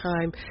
time